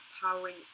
powering